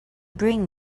bring